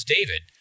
David